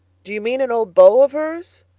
do you mean an old beau of hers?